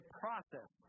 process